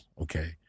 Okay